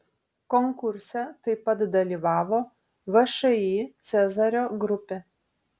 konkurse taip pat dalyvavo všį cezario grupė